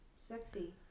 Sexy